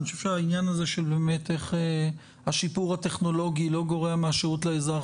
אני חושב שהעניין הזה שהשיפור הטכנולוגי לא גורע מהשירות לאזרח,